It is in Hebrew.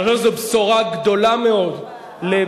אני חושב שזו בשורה גדולה מאוד למאות,